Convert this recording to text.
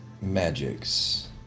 magics